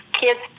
kids